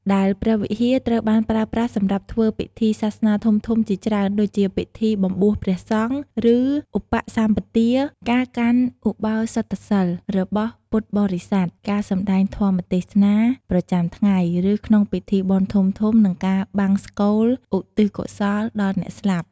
ដែលព្រះវិហារត្រូវបានប្រើប្រាស់សម្រាប់ធ្វើពិធីសាសនាធំៗជាច្រើន ដូចជា ពិធីបំបួសព្រះសង្ឃ ឬ ឧបសម្បទា ការកាន់ឧបោសថសីល របស់ពុទ្ធបរិស័ទ ការសំដែងធម៌ទេសនា ប្រចាំថ្ងៃ ឬក្នុងពិធីបុណ្យធំៗ និងការបង្សុកូល ឧទ្ទិសកុសលដល់អ្នកស្លាប់។